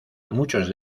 muchos